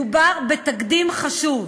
מדובר בתקדים חשוב,